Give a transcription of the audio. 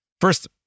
first